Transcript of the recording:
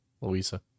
Louisa